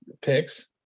picks